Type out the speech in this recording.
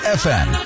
fm